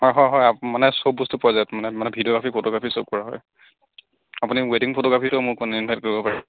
হয় হয় আপ মানে চব বস্তু পোৱা যায় মানে মানে ভিডিঅ'গ্ৰাফী ফটোগ্ৰাফী চব কৰা হয় আপুনি ৱেডিং ফটোগ্ৰাফীটো মোক মানে ইনভাইট কৰিব পাৰে